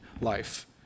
life